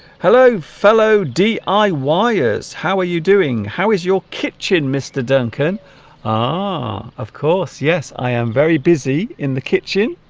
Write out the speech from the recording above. hello fellow di wires how are you doing how is your kitchen mr. duncan ah of course yes i am very busy in the kitchen